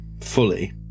fully